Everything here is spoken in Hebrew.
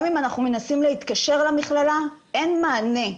גם אם אנחנו מנסים להתקשר למכללה אין מענה.